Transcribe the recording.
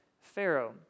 Pharaoh